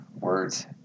words